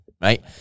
right